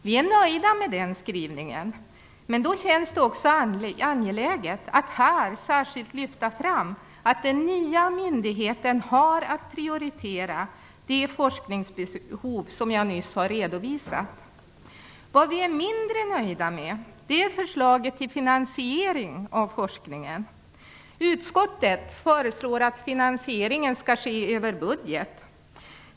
Vi är nöjda med den skrivningen, men det känns också angeläget att här särskilt lyfta fram att den nya myndigheten har att prioritera de forskningsbehov som jag nyss har redovisat. Vad vi är mindre nöjda med är förslaget till finansiering av forskningen. Utskottet föreslår att finansieringen skall ske över budget.